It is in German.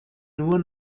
nur